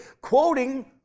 quoting